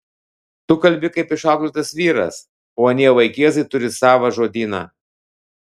tu kalbi kaip išauklėtas vyras o anie vaikėzai turi savą žodyną